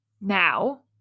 now